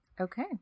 okay